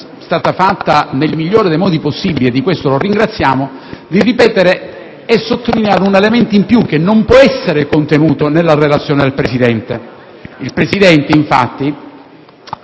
stata resa nel miglior modo possibile (e di questo lo ringraziamo), e sottolineare un elemento in più che non può essere contenuto nella relazione del Presidente. Il Presidente della